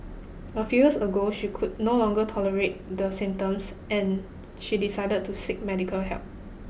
a ago she could no longer tolerate the symptoms and she decided to seek medical help